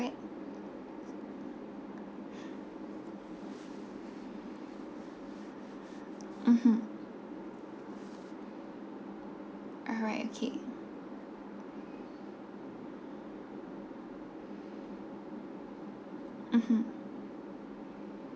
mmhmm alright okay mmhmm